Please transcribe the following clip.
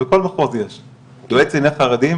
בכל מחוז יש; יועץ לענייני חרדים,